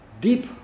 deep